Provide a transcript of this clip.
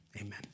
amen